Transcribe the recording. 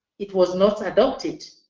it was not adopted.